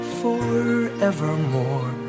forevermore